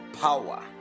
power